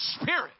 spirit